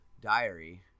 diary